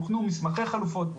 הוכנו מסמכי חלופות.